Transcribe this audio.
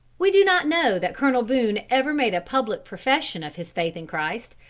we do not know that colonel boone ever made a public profession of his faith in christ,